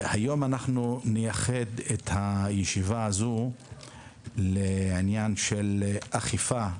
היום אנחנו נייחד את הישיבה הזאת לעניין של אכיפה,